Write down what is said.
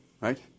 right